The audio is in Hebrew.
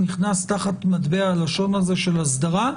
נכנס תחת מטבע הלשון הזאת של אסדרה,